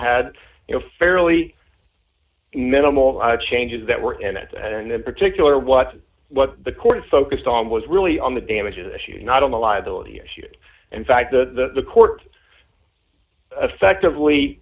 had you know fairly minimal changes that were in it and in particular what the court focused on was really on the damages issue not on the liability issue in fact the court affectively